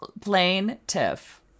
Plaintiff